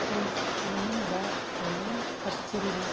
fridge ꯃꯅꯨꯡꯗ ꯂꯣꯏꯅ ꯍꯥꯞꯆꯤꯟꯂꯤ